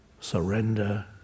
surrender